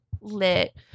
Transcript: lit